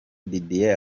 didier